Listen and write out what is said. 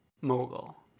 mogul